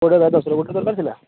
କୁଡ଼ିଏ ବାଇ ଦଶର ଗୁଟେ ଦରକାର ଥିଲା